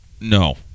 No